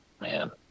man